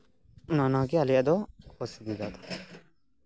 ᱱᱚᱜ ᱱᱚᱣᱟᱜᱮ ᱟᱞᱮᱭᱟᱜ ᱫᱚ ᱚᱥᱩᱵᱤᱫᱷᱟ ᱫᱚ